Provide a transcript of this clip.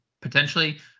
potentially